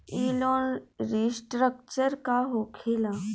ई loan restructure का होखे ला?